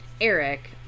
Eric